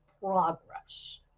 progress